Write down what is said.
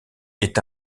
est